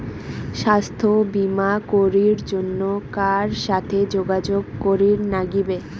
স্বাস্থ্য বিমা করির জন্যে কার সাথে যোগাযোগ করির নাগিবে?